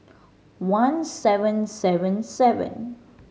one seven seven seven